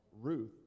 ruth